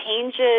changes